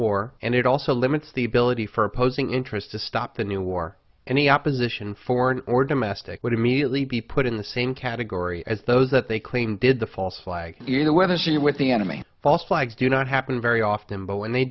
war and it also limits the ability for opposing interest to stop the new war and the opposition foreign or domestic would immediately be put in the same category as those that they claim did the false flag you know whether she was the enemy false flags do not happen very often but when they